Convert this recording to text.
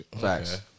Facts